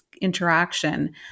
interaction